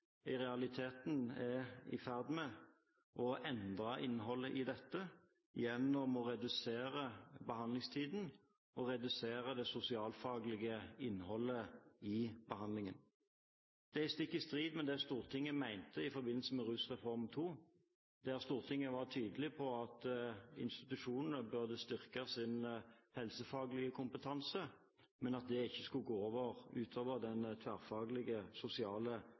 i realiteten er i ferd med å endre innholdet i dette gjennom å redusere behandlingstiden og redusere det sosialfaglige innholdet i behandlingen. Det er stikk i strid med det Stortinget mente i forbindelse med Rusreform II, der Stortinget var tydelig på at institusjonene burde styrke sin helsefaglige kompetanse, men at det ikke skulle gå ut over den tverrfaglige sosiale